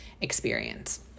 experience